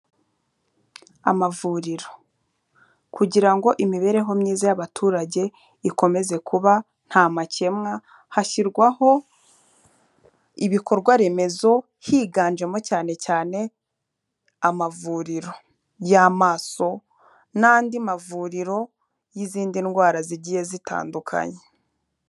Amavuriro. Kugira ngo imibereho myiza y'abaturage ikomeze kuba nta makemwa, hashyirwaho ibikorwa remezo higanjemo cyane cyane amavuriro y'amaso n'andi mavuriro y'izindi ndwara zigiye zitandukanye.